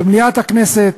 במליאת הכנסת,